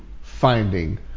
finding